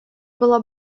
была